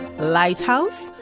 lighthouse